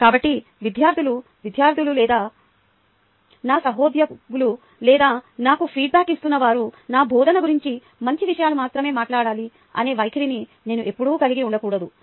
కాబట్టి విద్యార్థులు విద్యార్థులు లేదా నా సహోద్యోగులు లేదా నాకు ఫీడ్బ్యాక్ ఇస్తున్న వారు నా బోధన గురించి మంచి విషయాలు మాత్రమే మాట్లాడాలి అనే వైఖరిని నేను ఎప్పుడూ కలిగి ఉండకూడదు